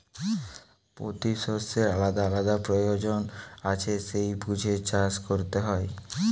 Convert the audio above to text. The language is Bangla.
পোতি শষ্যের আলাদা আলাদা পয়োজন আছে সেই বুঝে চাষ কোরতে হয়